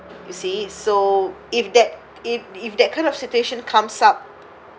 you see so if that if if that kind of situation comes up